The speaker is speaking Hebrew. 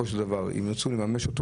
אם יצליחו לממש אותו